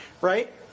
right